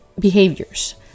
behaviors